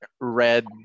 red